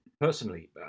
personally